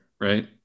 right